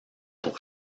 pour